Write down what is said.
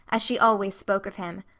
as she always spoke of him.